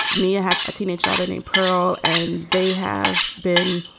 mia has a teenage daughter named pearl and they have been,